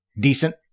decent